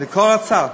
לכל הצעה.